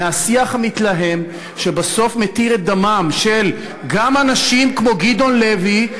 מהשיח המתלהם שבסוף גם מתיר את דמם של אנשים כמו גדעון לוי,